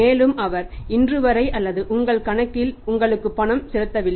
மேலும் அவர் இன்றுவரை அல்லது உங்கள் கணக்கில் உங்களுக்கு பணம் செலுத்தவில்லை